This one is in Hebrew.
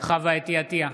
חוה אתי עטייה,